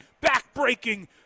back-breaking